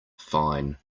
fine